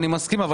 פה